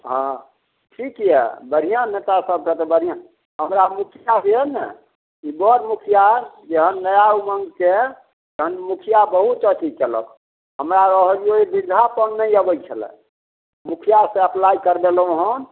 हँ ठीक यऽ बढ़िआँ नेता सभकऽ तऽ बढ़िआँ हमरा मुखिआ जे यऽ ने से बड़ मुखिआ जेहन नया उमङ्गके मुखिआ बहुत अथी कयलक हमरा रहैए बिरधापन नहि अबैत छलै मुखिआ से अप्लाइ करबेलहुँ हन